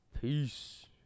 Peace